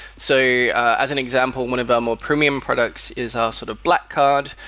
so as an example, one of our more premium products is our sort of black card,